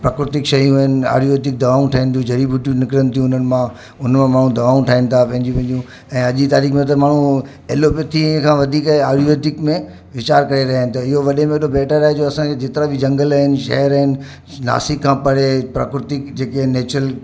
प्राकृतिक शयूं आहिनि आयुर्वेदिक दवाऊं ठहनि थियूं जड़ी बूटियूं निकिरनि थियूं हुननि मां हुन मां माण्हू दवाऊं ठाहिनि था पंहिंजी पंहिजियूं ऐं अॼु जी तारीख़ में त माण्हू ऐलोपैथी खां वधीक आयुर्वेदिक में वीचारु करे रहिया आहिनि त इहो वॾे में वॾो बैटर आहे जो असांजे जेतिरो बि झंगल आहिनि शहर आहिनि नासिक खां परे प्राकृतिक जेके आहिनि नैचुरल